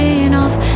enough